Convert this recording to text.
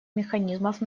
механизмов